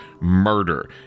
murder